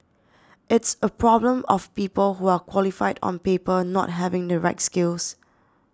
it's a problem of people who are qualified on paper not having the right skills